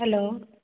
hello